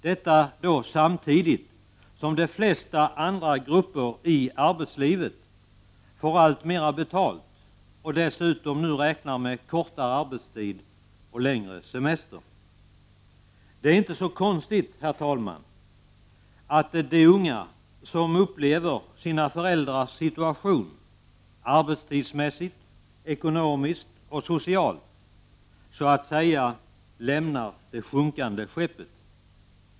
Detta sker samtidigt som de flesta andra grupper inom arbetslivet får alltmer betalt och dessutom nu räknar med kortare arbetstid och längre semester. Det är inte så konstigt, herr talman, att de unga, som upplever sina föräldrars situation — arbetstidsmässigt, ekonomiskt och socialt — så att säga lämnar det sjunkande skeppet.